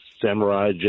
Samurai